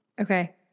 Okay